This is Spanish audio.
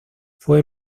fue